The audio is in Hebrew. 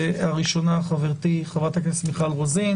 הראשונה חברתי חברת הכנסת מיכל רוזין.